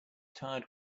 tired